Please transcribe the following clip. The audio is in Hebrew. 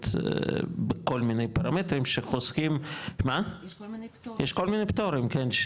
בכל מיני פרמטרים --- יש כל מיני פטורים כן.